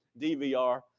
DVR